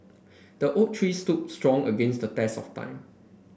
the oak tree stood strong against the test of time